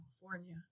California